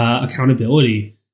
accountability